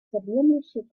всеобъемлющей